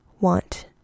want